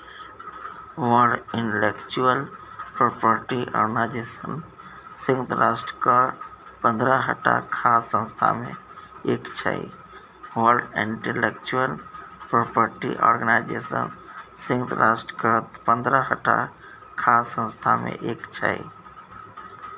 world intellectual property organisation संयुक्त राष्ट्रक पंद्रहटा खास संस्था मे एक छै